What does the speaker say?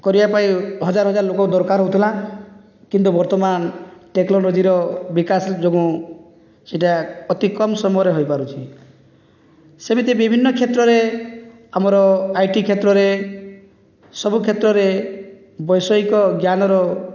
କରିବା ପାଇଁ ହଜାର ହଜାର ଲୋକ ଦରକାର ହେଉଥିଲା କିନ୍ତୁ ବର୍ତ୍ତମାନ ଟେକ୍ନୋଲୋଜିର ବିକାଶ ଯୋଗୁଁ ସେଇଟା ଅତି କମ୍ ସମୟରେ ହୋଇପାରୁଛି ସେମିତି ବିଭିନ୍ନ କ୍ଷେତ୍ରରେ ଆମର ଆଇଟି କ୍ଷେତ୍ରରେ ସବୁ କ୍ଷେତ୍ରରେ ବୈଷୟିକ ଜ୍ଞାନର